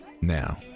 Now